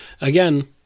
again